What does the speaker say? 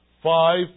Five